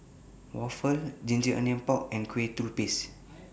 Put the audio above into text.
Waffle Ginger Onions Pork and Kueh Lupis